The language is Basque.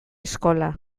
eskola